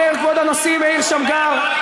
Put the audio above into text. אומר כבוד הנשיא מאיר שמגר,